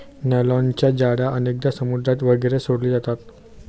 नायलॉनच्या जाळ्या अनेकदा समुद्रात वगैरे सोडले जातात